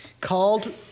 Called